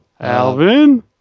Alvin